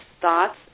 thoughts